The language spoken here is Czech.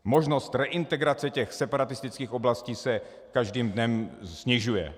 Možnost reintegrace těch separatistických oblastí se každým dnem snižuje.